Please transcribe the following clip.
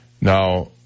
Now